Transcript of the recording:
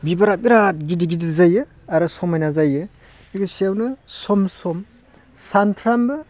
बिबारा बिराद गिदिर गिदिर जायो आरो समायना जायो लोगोसेयावनो सम सम सानफ्रोमबो